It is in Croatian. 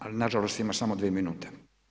Ali na žalost ima samo dvije minute.